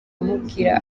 amubwira